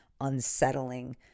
unsettling